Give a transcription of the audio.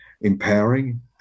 empowering